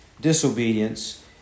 disobedience